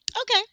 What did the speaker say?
Okay